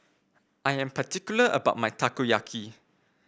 I am particular about my Takoyaki